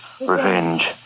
Revenge